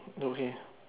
okay